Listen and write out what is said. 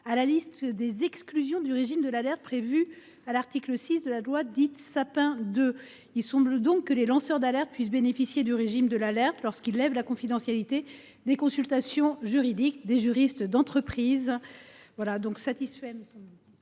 la liste des exclusions du régime de l’alerte prévues à l’article 6 de la loi dite Sapin 2. Les lanceurs d’alerte peuvent donc bénéficier du régime de l’alerte lorsqu’ils lèvent la confidentialité des consultations juridiques des juristes d’entreprise. Ces amendements